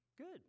Good